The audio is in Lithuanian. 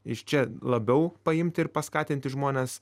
iš čia labiau paimti ir paskatinti žmones